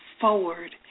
forward